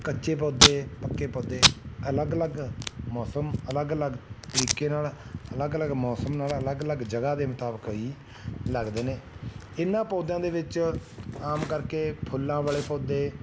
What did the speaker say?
ਕੱਚੇ ਪੌਦੇ ਪੱਕੇ ਪੌਦੇ ਅਲੱਗ ਅਲੱਗ ਮੌਸਮ ਅਲੱਗ ਅਲੱਗ ਤਰੀਕੇ ਨਾਲ ਅਲੱਗ ਅਲੱਗ ਮੌਸਮ ਨਾਲ ਅਲੱਗ ਅਲੱਗ ਜਗ੍ਹਾ ਦੇ ਮੁਤਾਬਿਕ ਹੀ ਲੱਗਦੇ ਨੇ ਇਹਨਾਂ ਪੌਦਿਆਂ ਦੇ ਵਿੱਚ ਆਮ ਕਰਕੇ ਫੁੱਲਾਂ ਵਾਲੇ ਪੌਦੇ